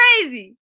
crazy